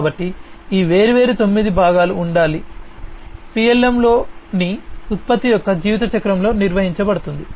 కాబట్టి ఈ వేర్వేరు తొమ్మిది భాగాలు ఉండాలి PLM లోని ఉత్పత్తి యొక్క జీవితచక్రంలో నిర్వహించబడుతుంది